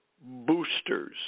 boosters